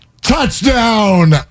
touchdown